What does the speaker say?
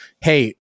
hey